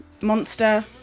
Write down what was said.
Monster